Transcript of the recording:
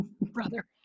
brother